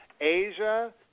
Asia